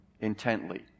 intently